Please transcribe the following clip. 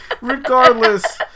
regardless